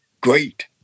great